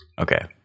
Okay